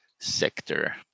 sector